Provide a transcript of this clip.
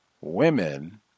women